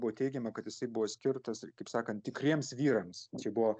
buvo teigiama kad jisai buvo skirtas kaip sakant tikriems vyrams čia buvo